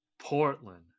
Portland